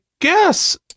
guess